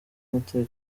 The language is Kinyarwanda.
umutekano